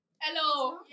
Hello